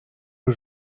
aux